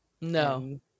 No